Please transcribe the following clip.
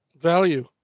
Value